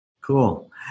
Cool